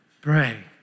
Pray